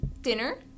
dinner